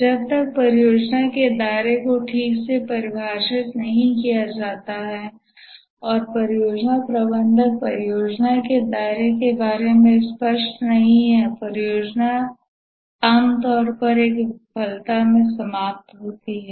जब तक परियोजना के दायरे को ठीक से परिभाषित नहीं किया जाता है और परियोजना प्रबंधक परियोजना के दायरे के बारे में स्पष्ट नहीं है परियोजना आमतौर पर एक विफलता में समाप्त होती है